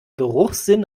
geruchssinn